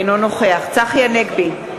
אינו נוכח צחי הנגבי,